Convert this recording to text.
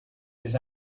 his